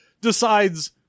decides